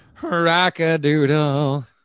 Rockadoodle